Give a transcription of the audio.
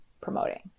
promoting